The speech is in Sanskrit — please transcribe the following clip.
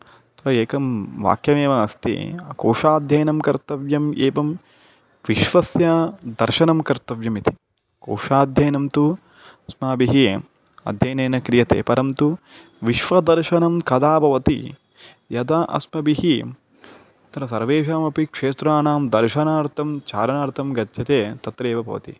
अत्र एकं वाक्यमेव अस्ति कोशाध्ययनं कर्तव्यम् एवं विश्वस्य दर्शनं कर्तव्यम् इति कोशाध्ययनं तु अस्माभिः अद्ययनेन क्रियते परन्तु विश्वदर्शनं कदा भवति यदा अस्मभिः तत्र सर्वेषामपि क्षेत्राणां दर्शनार्थं चारणार्थं गच्छति तत्र एव भवति